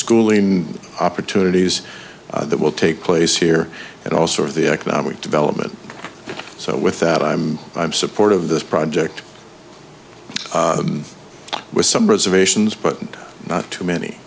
schooling opportunities that will take place here and all sort of the economic development so with that i'm i'm support of this project with some reservations but not too many